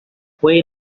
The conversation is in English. wait